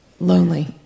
Lonely